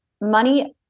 money